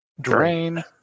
drain